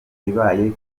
ibaye